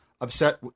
upset